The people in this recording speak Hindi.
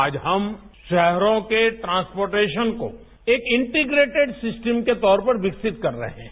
आज हम शहरों के ट्रांसपोटेशन को एक इंटीग्रेटिड सिस्टम के तौर पर विकसित कर रहे हैं